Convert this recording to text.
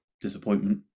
disappointment